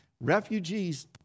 Refugees